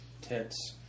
Tits